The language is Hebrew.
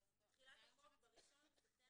אז תחילת החוק 1 לספטמבר,